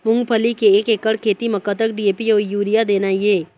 मूंगफली के एक एकड़ खेती म कतक डी.ए.पी अउ यूरिया देना ये?